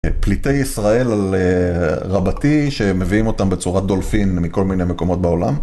פליטי ישראל על רבתי שמביאים אותם בצורת דולפין מכל מיני מקומות בעולם.